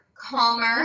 calmer